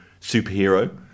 superhero